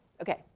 okay?